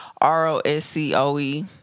R-O-S-C-O-E